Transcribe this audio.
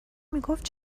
میگفت